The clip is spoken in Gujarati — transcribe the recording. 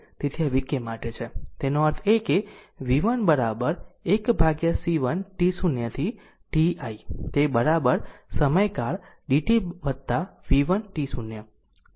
તેથી આ vk માટે છે તેનો અર્થ એ કે v1 1C1 t0 થી t i તે બરાબર સમયકાળ dt v1 t0